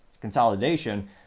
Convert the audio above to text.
consolidation